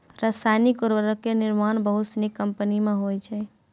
रसायनिक उर्वरको के निर्माण बहुते सिनी कंपनी मे होय छै